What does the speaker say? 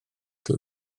dwy